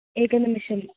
एकं निमिषं